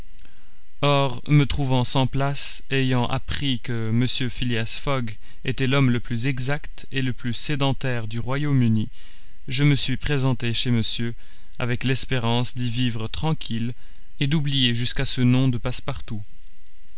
or me trouvant sans place et ayant appris que m phileas fogg était l'homme le plus exact et le plus sédentaire du royaume-uni je me suis présenté chez monsieur avec l'espérance d'y vivre tranquille et d'oublier jusqu'à ce nom de passepartout